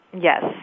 Yes